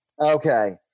Okay